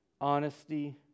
Honesty